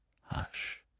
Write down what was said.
Hush